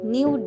New